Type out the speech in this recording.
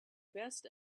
best